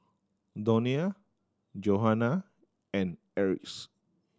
Donnell Johanna and Eris